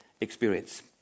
experience